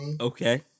Okay